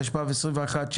התשפ"ב-2021,